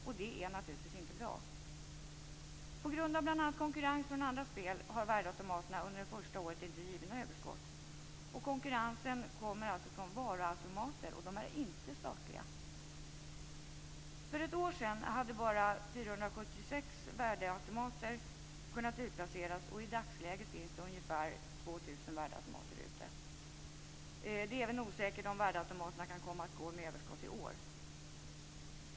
Det är naturligtvis inte bra. På grund av bl.a. konkurrens från andra spel har värdeautomaterna under det första året inte givit något överskott. Konkurrensen kommer alltså från varuautomater, och de är inte statliga. För ett år sedan hade bara 476 värdeautomater kunnat utplaceras. I dagsläget finns det ungefär 2 000 värdeautomater ute. Det är även osäkert om värdeautomaterna kommer att kunna gå med överskott i år.